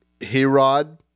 Herod